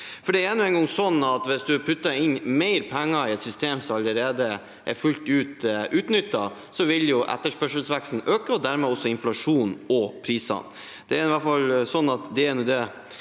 Det er nå engang sånn at hvis du putter inn mer penger i et system som allerede er fullt ut utnyttet, så vil etterspørselen øke og dermed også inflasjonen og prisene.